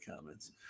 comments